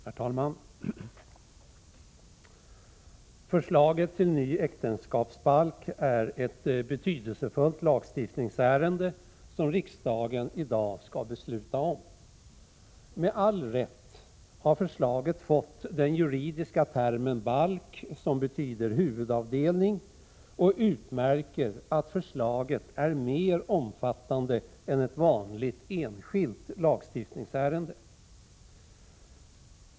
Herr talman! Förslaget till ny äktenskapsbalk är ett betydelsefullt lagstiftningsärende som riksdagen i dag skall besluta om. Med all rätt har förslaget fått den juridiska termen balk, som betyder huvudavdelning och utmärker att förslaget är mer omfattande än ett vanligt enskilt lagstiftningsärende.